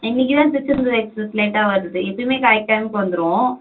இன்னிக்கு தான் திருச்செந்தூர் எக்ஸ்பிரஸ் லேட்டாக வருது எப்போயுமே கரெக்ட் டைம்க்கு வந்துரும்